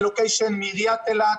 ללוקיישן מעיריית אילת,